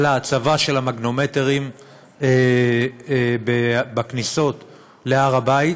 על ההצבה של המגנומטרים בכניסות להר הבית.